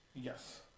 Yes